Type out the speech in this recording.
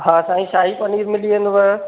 हा साईं शाही पनीर मिली वेंदव